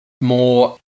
more